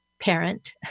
parent